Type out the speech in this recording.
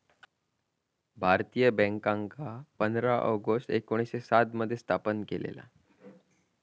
भारतीय बॅन्कांका पंधरा ऑगस्ट एकोणीसशे सात मध्ये स्थापन केलेला